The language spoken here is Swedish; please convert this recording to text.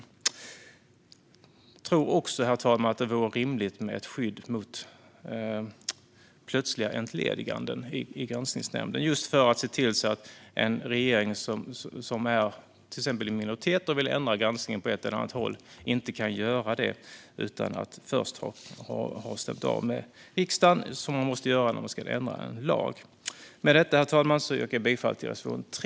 Jag tror också, herr talman, att det vore rimligt med ett skydd mot plötsliga entlediganden i granskningsnämnden just för att se till att till exempel en regering i minoritet som vill ändra granskningen på ett eller annat sätt inte kan göra det utan att först ha stämt av med riksdagen som man måste göra när man ska ändra en lag. Herr talman! Jag yrkar bifall till reservation 3.